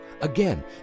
Again